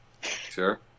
Sure